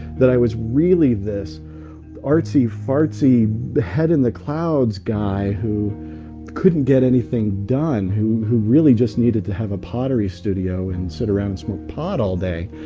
that i was really this artsy-fartsy, head-in-the-clouds guy who couldn't get anything done, who who really just needed to have a pottery studio and sit around and smoke pot all day.